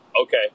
Okay